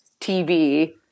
TV